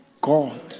God